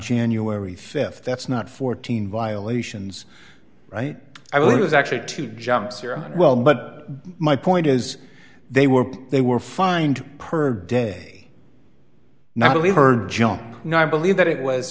january th that's not fourteen violations right i believe it was actually two jumps here and well but my point is they were they were fined per day now believe or jump no i believe that it was